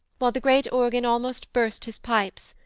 while the great organ almost burst his pipes,